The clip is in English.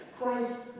Christ